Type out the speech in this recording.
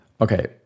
Okay